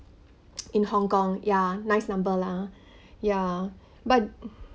in hong kong ya nice number lah ya but